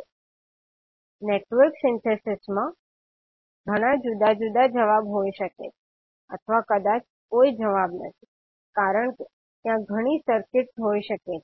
હવે નેટવર્ક સિંથેસિસમાં ઘણા જુદાં જુદાં જવાબ હોઈ શકે છે અથવા કદાચ કોઈ જવાબ નથી કારણ કે ત્યાં ઘણી સર્કિટ્સ હોઈ શકે છે